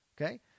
Okay